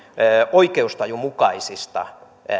oikeustajun mukaisista